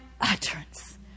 utterance